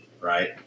right